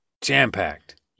Jam-packed